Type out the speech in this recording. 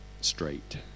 straight